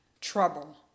Trouble